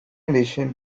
addition